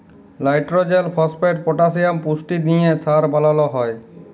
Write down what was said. লাইট্রজেল, phosphate, potassium পুষ্টি দিঁয়ে সার বালাল হ্যয়